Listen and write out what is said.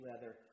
leather